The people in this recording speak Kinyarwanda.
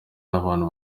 n’abantu